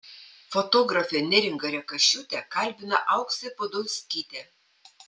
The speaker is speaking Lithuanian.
fotografę neringą rekašiūtę kalbina auksė podolskytė